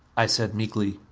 i said meekly,